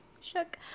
shook